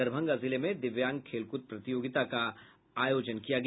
दरभंगा जिले में दिव्यांग खेल कूद प्रतियोगिता का आयोजन किया गया